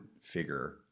figure